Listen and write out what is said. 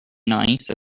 nice